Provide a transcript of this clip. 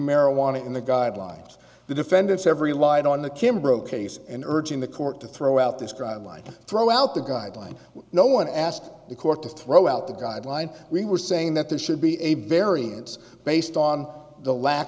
marijuana in the guidelines the defendants every lied on the kimbrough case and urging the court to throw out this cry line throw out the guideline no one asked the court to throw out the guideline we were saying that there should be a variance based on the lack